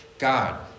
God